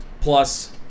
Plus